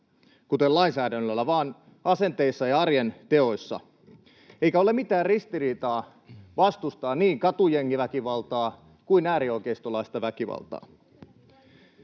kuten lainsäädännöllä, vaan asenteissa ja arjen teoissa. Eikä ole mitään ristiriitaa vastustaa niin katujengiväkivaltaa kuin äärioikeistolaista väkivaltaa.